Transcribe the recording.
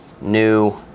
new